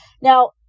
Now